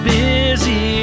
busy